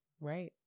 Right